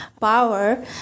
power